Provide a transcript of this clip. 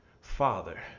Father